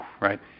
right